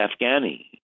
Afghani